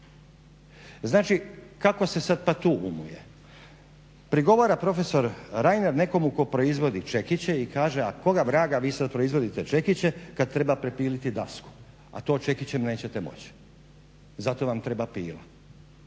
znači kako se sad pak tu umuje. Prigovara profesor Reiner nekomu tko proizvodi čekiće i kaže, a koga vraga vi sada proizvodite čekiće kada treba prepiliti dasku a to čekićem nećete moći zato vam treba pila.